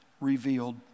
revealed